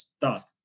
task